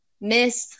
Miss